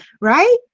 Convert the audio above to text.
right